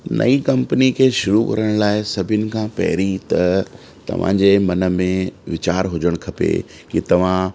नई कम्पनी खे शुरू करण लाइ सभिनी खां पहिरीं त तव्हांजे मन में वीचारु हुजणु खपे कि तव्हां